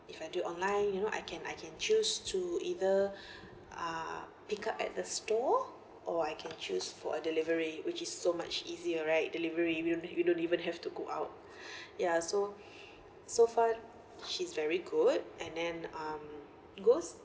if I do online you know I can I can choose to either uh pick up at the store or I can choose for a delivery which is so much easier right delivery you don't you don't even have to go out ya so so far she's very good and then um goes